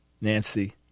Nancy